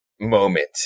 moment